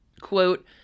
quote